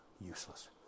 useless